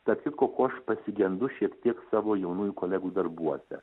tarp kitko ko aš pasigendu šiek tiek savo jaunųjų kolegų darbuose